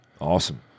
Awesome